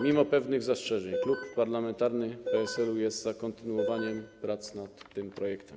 Mimo pewnych zastrzeżeń klub parlamentarny PSL-u jest za kontynuowaniem prac nad tym projektem.